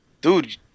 dude